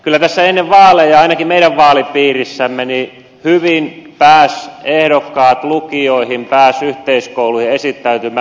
kyllä tässä ennen vaaleja ainakin meidän vaalipiirissämme hyvin pääsivät ehdokkaat lukioihin pääsivät yhteiskouluihin esittäytymään